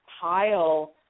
pile